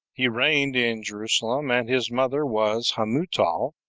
he reigned in jerusalem and his mother was hamutal,